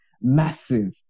massive